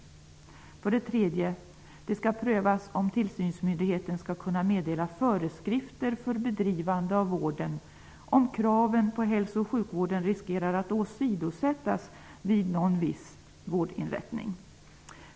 För det tredje: Det skall prövas om tillsynsmyndigheten skall kunna meddela föreskrifter för bedrivande av vården, om kraven på hälso och sjukvården riskerar att åsidosättas vid någon viss vårdinrättning.